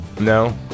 No